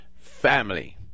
Family